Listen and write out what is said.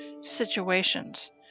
situations